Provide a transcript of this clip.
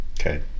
Okay